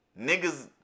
Niggas